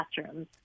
classrooms